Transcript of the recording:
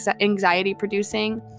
anxiety-producing